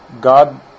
God